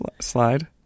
Slide